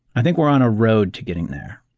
i think we're on a road to getting there.